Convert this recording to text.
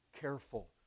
careful